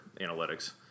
analytics